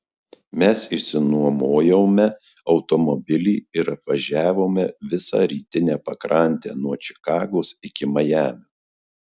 mes išsinuomojome automobilį ir apvažiavome visą rytinę pakrantę nuo čikagos iki majamio